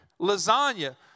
Lasagna